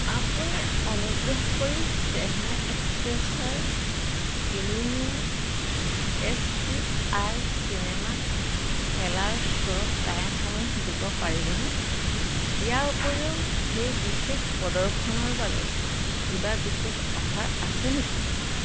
আপুনি অনুগ্ৰহ কৰি চেন্নাই এক্সপ্ৰেছৰ তিনি মে'ত এছ পি আই চিনেমাত খেলাৰ শ্ব' টাইমসমূহ দিব পাৰিবনে ইয়াৰ উপৰিও সেই বিশেষ প্ৰদৰ্শনৰ বাবে কিবা বিশেষ অফাৰ আছে নেকি